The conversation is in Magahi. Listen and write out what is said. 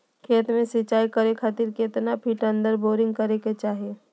खेत में सिंचाई करे खातिर कितना फिट अंदर बोरिंग करे के चाही?